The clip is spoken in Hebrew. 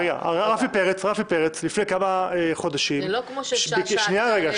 רפי פרץ לפני כמה חודשים ביקש --- זה לא כמו ששאשא --- שנייה.